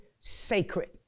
sacred